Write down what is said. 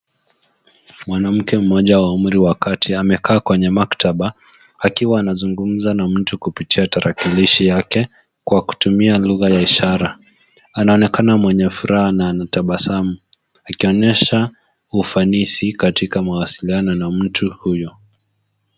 Mwanamke mmoja wa umri wa kati amekaa kwenye maktaba, akiwa anazungumuza na mtu kupitia tarakilishi yake kwakutumia lugha ya ishara. Anaonekana mwenye furaha na ana tabasamu akionyesha ufanisi katika mawasiliano na mtu huyo.